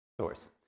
source